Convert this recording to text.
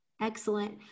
Excellent